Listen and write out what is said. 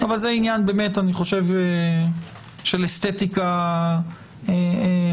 אבל זה באמת עניין של אסתטיקה חקיקתית,